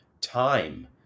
time